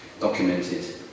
documented